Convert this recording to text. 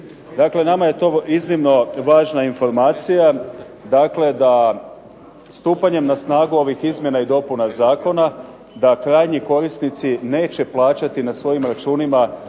Dakle, nama je to iznimno važna informacija, dakle da stupanjem na snagu ovih izmjena i dopuna zakona, da krajnji korisnici neće plaćati na svojim računima